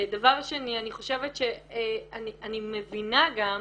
דבר שני, אני חושבת, אני מבינה גם,